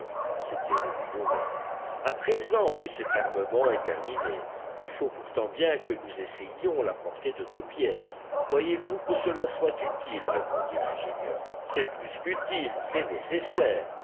c'était le novembre à présent que cet armement est terminé il faut pourtant bien que nous essayions la portée de nos pièces croyez-vous que cela soit utile répondit l'ingénieur c'est plus qu'utile c'est nécessaire